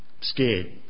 scared